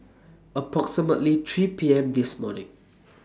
approximately three PM This morning